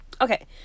Okay